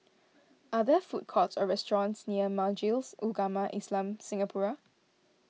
are there food courts or restaurants near Majlis Ugama Islam Singapura